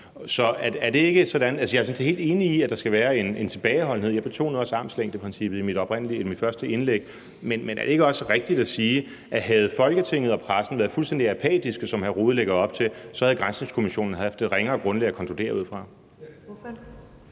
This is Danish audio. set helt enig i, at der skal være en tilbageholdenhed; jeg betonede også armslængdeprincippet i mit første indlæg. Men er det ikke også rigtigt at sige, at havde Folketinget og pressen været fuldstændig apatiske, som hr. Jens Rohde lægger op til, så havde granskningskommissionen haft et ringere grundlag at konkludere ud fra?